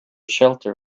shelter